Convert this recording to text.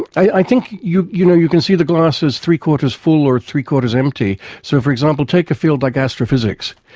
i think you you know you can see the glass as three-quarters full or three-quarters empty. so, for example, take a field like astrophysics.